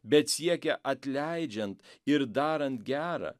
bet siekia atleidžiant ir darant gera